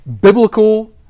biblical